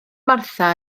martha